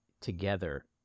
together